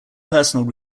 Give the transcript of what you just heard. personal